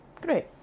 Great